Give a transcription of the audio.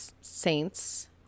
saints